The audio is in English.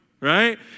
right